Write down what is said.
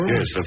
Yes